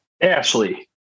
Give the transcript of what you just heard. Ashley